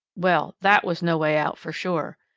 well, that was no way out, for sure!